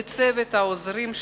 לצוות העוזרים שלי,